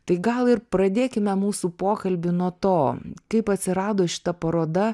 tai gal ir pradėkime mūsų pokalbį nuo to kaip atsirado šita paroda